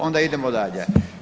Onda idemo dalje.